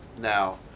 Now